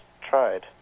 tried